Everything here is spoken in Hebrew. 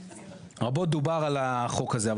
רבות דובר על החוק הזה,